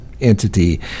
entity